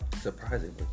Surprisingly